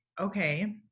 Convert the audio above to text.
okay